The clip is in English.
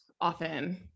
often